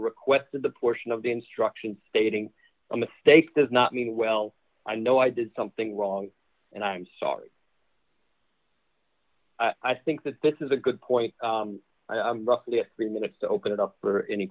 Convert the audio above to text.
request to the portion of the instruction stating a mistake does not mean well i know i did something wrong and i'm sorry i think that this is a good point roughly three minutes to open it up for any